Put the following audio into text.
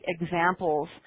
examples